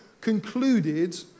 concluded